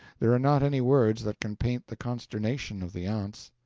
there are not any words that can paint the consternation of the aunts.